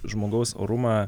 žmogaus orumą